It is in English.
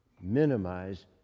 minimize